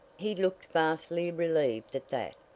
he looked vastly relieved at that,